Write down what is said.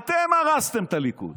אתם הרסתם את הליכוד.